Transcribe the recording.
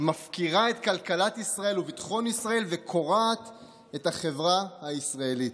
מפקירה את כלכלת ישראל וביטחון ישראל וקורעת את החברה הישראלית.